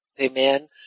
Amen